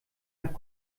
nach